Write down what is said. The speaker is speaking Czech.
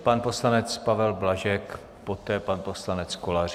Pan poslanec Pavel Blažek, poté pan poslanec Kolařík.